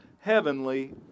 Heavenly